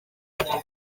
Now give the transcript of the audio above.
weithio